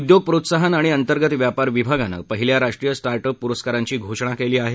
उद्योग प्रोत्साहन आणि अंतर्गत व्यापार विभागानं पाहिल्या राष्ट्रीय स्टार्ट अप पुरस्कांरांची घोषणा केली आहे